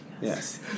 Yes